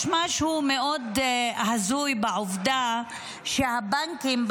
יש משהו מאוד הזוי בעובדה שהבנקים,